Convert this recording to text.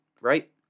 right